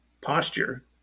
posture